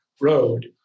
road